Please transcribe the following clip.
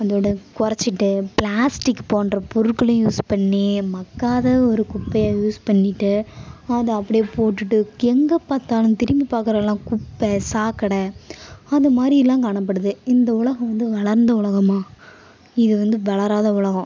அதோட கொறைச்சிட்டு ப்ளாஸ்டிக் போன்ற பொருட்களையும் யூஸ் பண்ணி மட்காத ஒரு குப்பையை யூஸ் பண்ணிவிட்டு அதை அப்படியே போட்டுவிட்டு எங்கேப் பார்த்தாலும் திரும்பி பார்க்குற இடம்லாம் குப்பை சாக்கடை அந்த மாதிரிலாம் காணப்படுது இந்த உலகம் வந்து வளர்ந்த உலகமா இது வந்து வளராத உலகம்